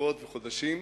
שבועות וחודשים.